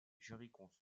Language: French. jurisconsulte